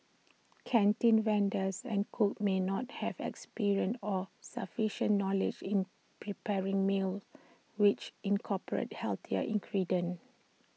canteen vendors and cooks may not have experience or sufficient knowledge in preparing meals which incorporate healthier ingredients